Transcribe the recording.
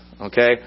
Okay